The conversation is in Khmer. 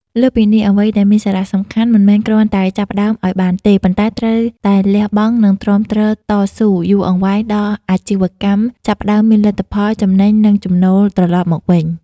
លើសពីនេះ អ្វីដែលមានសារសំខាន់មិនមែនគ្រាន់តែចាប់ផ្តើមឲ្យបានទេ ប៉ុន្តែត្រូវតែលះបង់ និងទ្រាំទ្រតស៊ូយូរអង្វែងដល់អាជីវកម្មចាប់ផ្តើមមានលទ្ធផល ចំណេញ និងចំណូលត្រឡប់មកវិញ។